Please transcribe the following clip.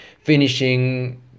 finishing